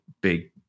big